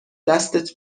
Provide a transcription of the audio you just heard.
دستت